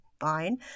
fine